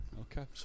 Okay